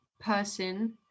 person